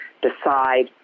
decide